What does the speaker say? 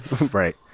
Right